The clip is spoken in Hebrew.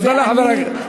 תודה לחברת הכנסת,